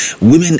Women